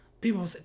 people